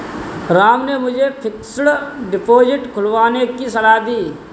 राम ने मुझे fixed deposit खुलवाने की सलाह दी थी